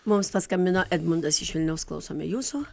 mums paskambino edmundas iš vilniaus klausome jūsų